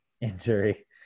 injury